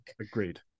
agreed